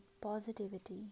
positivity